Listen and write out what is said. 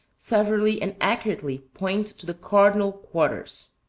severally and accurately point to the cardinal quarters.